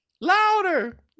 Louder